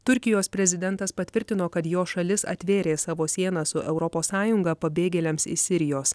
turkijos prezidentas patvirtino kad jo šalis atvėrė savo sieną su europos sąjunga pabėgėliams iš sirijos